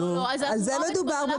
על זה מדובר.